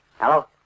Hello